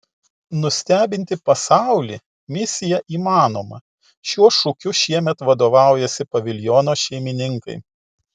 nustebinti pasaulį misija įmanoma šiuo šūkiu šiemet vadovaujasi paviljono šeimininkai